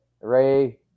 Ray